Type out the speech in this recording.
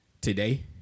today